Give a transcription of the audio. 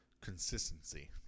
Consistency